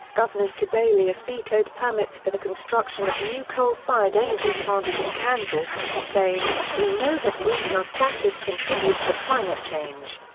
governor sebelius vetoed permits for the construction of new coal-fired energy plants in kansas, saying we know that greenhouse gases contribute to climate change.